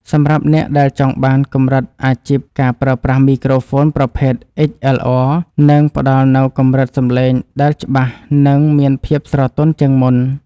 សម្រាប់អ្នកដែលចង់បានកម្រិតអាជីពការប្រើប្រាស់មីក្រូហ្វូនប្រភេទអុិចអិលអ័រនឹងផ្តល់នូវកម្រិតសំឡេងដែលច្បាស់ និងមានភាពស្រទន់ជាងមុន។